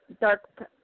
dark